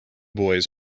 boys